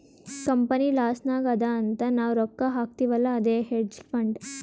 company loss ನಾಗ್ ಅದಾ ಅಂತ್ ನಾವ್ ರೊಕ್ಕಾ ಹಾಕ್ತಿವ್ ಅಲ್ಲಾ ಅದೇ ಹೇಡ್ಜ್ ಫಂಡ್